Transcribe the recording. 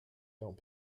don’t